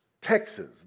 Texas